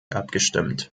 abgestimmt